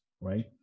right